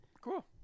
cool